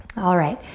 alright,